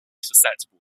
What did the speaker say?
susceptible